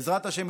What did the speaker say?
בעזרת השם,